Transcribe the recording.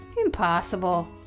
Impossible